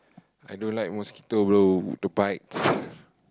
I don't like mosquito bro to bite